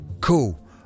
cool